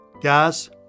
Guys